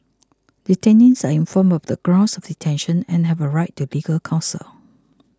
detainees are informed about the grounds of detention and have a right to legal counsel